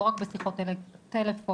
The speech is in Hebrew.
לא רק בשיחות טלפון,